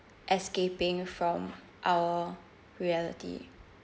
escaping from our reality